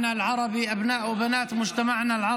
חבר הכנסת מנסור עבאס, ביקשת לדבר בסוף.